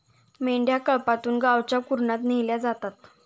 मेंढ्या कळपातून गावच्या कुरणात नेल्या जातात